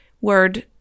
word